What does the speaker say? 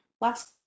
last